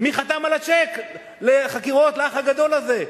מי חתם על הצ'ק לחקירות ל"אח הגדול" הזה?